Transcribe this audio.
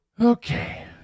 Okay